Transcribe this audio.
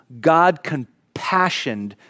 God-compassioned